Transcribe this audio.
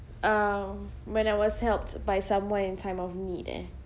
uh when I was helped by someone in time of need eh